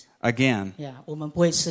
again